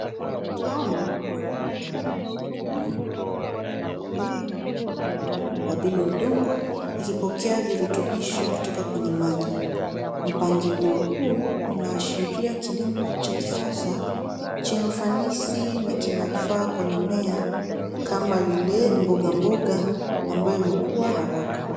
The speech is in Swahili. Tunaona ni mfumo wa kilimo usiotumia udongo. Mimea inakuwa kwenye mabomba bila udongo ikipokea virutubisho kutoka kwenye maji. Mpangilio huu unaashiria kilimo cha kisasa chenye ufanisi na kinafaa kwa mimea kama vile mbogamboga ambayo hukua haraka.